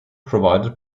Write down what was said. provided